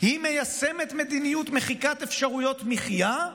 "היא מיישמת מדיניות מחיקת אפשרויות מחיה,